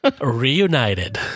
reunited